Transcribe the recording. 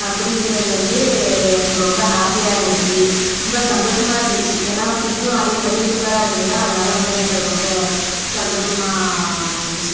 அப்படிங்கிறது வந்து எனக்கு ரொம்ப ஹாப்பியாக இருந்துச்சு ரொம்ப சந்தோஷமாக இருந்துச்சு ஏன்னால் ஃப்ரிட்ஜும் அதே மாதிரி சூப்பராக இருந்ததுதான் அதனால வந்து எனக்கு அது ரொம்ப சந்தோஷமாக அமைஞ்சிருச்சி